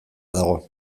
dago